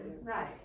Right